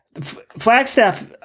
Flagstaff